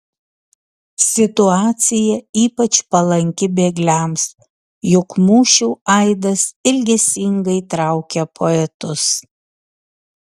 situacija ypač palanki bėgliams juk mūšių aidas ilgesingai traukia poetus